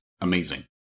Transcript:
amazing